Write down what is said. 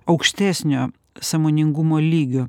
aukštesnio sąmoningumo lygio